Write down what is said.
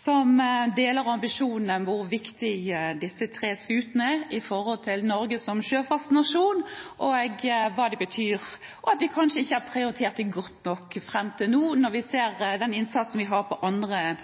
som deler ambisjonene om hvor viktige disse tre skutene er for Norge som sjøfartsnasjon, og hva de betyr. Vi har kanskje ikke prioritert dem godt nok fram til nå, når vi ser den innsatsen vi har på andre